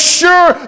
sure